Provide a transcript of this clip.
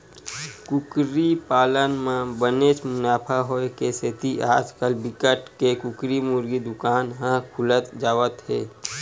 कुकरी पालन म बनेच मुनाफा होए के सेती आजकाल बिकट के कुकरी मुरगी दुकान ह खुलत जावत हे